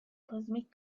cosmic